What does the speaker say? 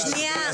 -- שנייה,